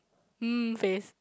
um face